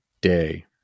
day